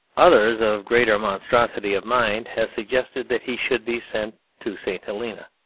others, of greater monstrosity of mind, have suggested that he should be sent to st. helena.